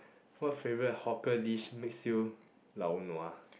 what favourite hawker dish makes you lao nua